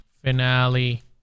Finale